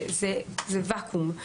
זה ואקום.